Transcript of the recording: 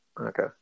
okay